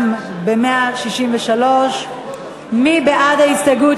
גם בעמוד 163. מי בעד ההסתייגויות,